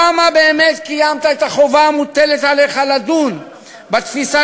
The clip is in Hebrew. כמה באמת קיימת את החובה המוטלת עליך לדון בתפיסה